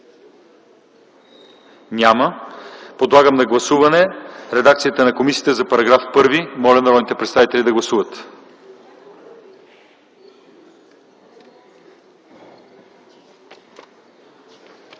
Няма. Подлагам на гласуване редакцията на комисията за § 1. Моля, народните представители да гласуват.